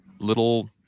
little